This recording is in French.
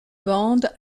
bandes